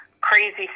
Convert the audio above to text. crazy